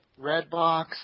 Redbox